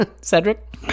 Cedric